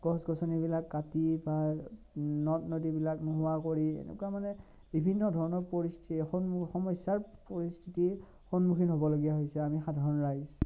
গছ গছনিবিলাক কাটি বা নদ নদীবিলাক নোহোৱা কৰি এনেকুৱা মানে বিভিন্ন ধৰণৰ পৰিস্থিতিৰ সন্মু সমস্যাৰ পৰিস্থিতিৰ সন্মুখীন হ'বলগীয়া হৈছে আমি সাধাৰণ ৰাইজ